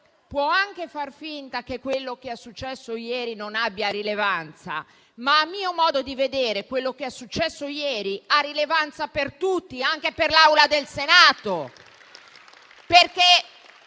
può anche far finta che quello che è successo ieri non abbia rilevanza, ma a mio modo di vedere quello che è successo ieri ha rilevanza per tutti, anche per l'Assemblea del Senato.